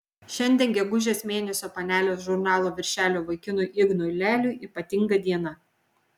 šiandien gegužės mėnesio panelės žurnalo viršelio vaikinui ignui leliui ypatinga diena